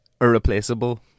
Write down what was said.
Irreplaceable